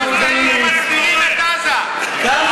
היינו, את עזה, חבר